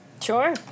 sure